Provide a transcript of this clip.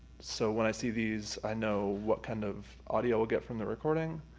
so when i see these i know what kind of audio we'll get from the recording.